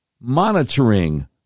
monitoring